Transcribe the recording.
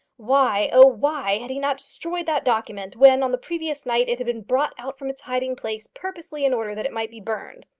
why, oh! why had he not destroyed that document when, on the previous night, it had been brought out from its hiding-place, purposely in order that it might be burned?